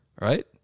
Right